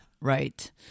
right